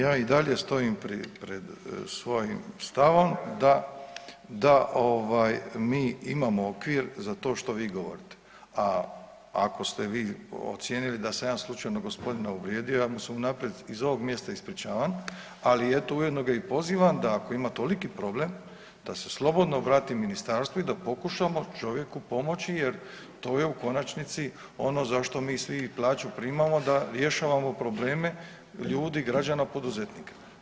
Ja i dalje stojim pred svojim stavom da mi imamo okvir za to što vi govorite, a ako ste vi ocijenili da sam ja slučajno g. uvrijedio, ja mu se unaprijed iz ovog mjesta ispričavam, ali eto, ujedno ga i pozivam da ako ima toliki problem da se slobodno obrati ministarstvu i da pokušamo čovjeku pomoći jer, to je u konačnici ono za što mi svi plaću primamo da rješavamo probleme, ljudi, građana, poduzetnika.